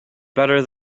better